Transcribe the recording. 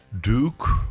Duke